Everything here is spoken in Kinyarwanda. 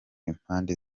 impande